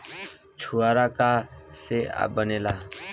छुआरा का से बनेगा?